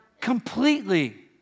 completely